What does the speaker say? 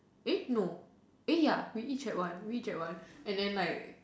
eh no eh ya we each had one we each had one and then like